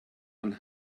and